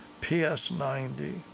PS90